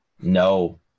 No